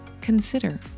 consider